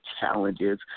challenges